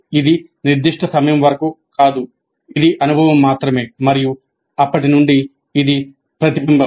ఇది నిర్దిష్ట సమయం వరకు కాదు ఇది అనుభవం మాత్రమే మరియు అప్పటి నుండి ఇది ప్రతిబింబం